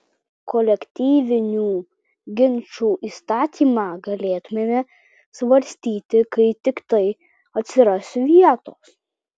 kolektyvinių ginčų įstatymą galėtumėme svarstyti kai tiktai atsiras vietos